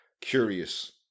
curious